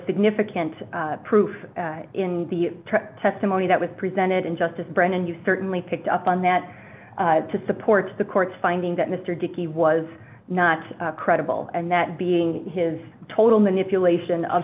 significant proof in the testimony that was presented in justice brennan you certainly picked up on that to support the court's finding that mr dickey was not credible and that being his total manipulation of